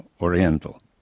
Oriental